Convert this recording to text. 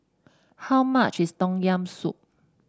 how much is Tom Yam Soup